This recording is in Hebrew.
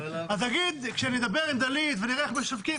אז נגיד כשנדבר עם דלית ונראה איך משווקים,